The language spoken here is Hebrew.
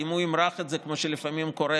אם הוא ימרח את זה כמו שלפעמים קורה